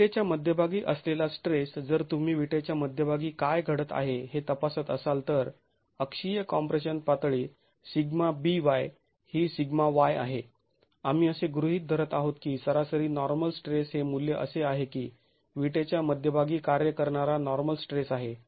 विटेच्या मध्यभागी असलेला स्ट्रेस जर तुम्ही विटेच्या मध्यभागी काय घडत आहे हे तपासत असाल तर अक्षीय कॉम्प्रेशन पातळी σby ही σy आहे आम्ही असे गृहीत धरत आहोत की सरासरी नॉर्मल स्ट्रेस हे मूल्य असे आहे की विटेच्या मध्यभागी कार्य करणारा नॉर्मल स्ट्रेस आहे